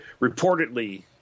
reportedly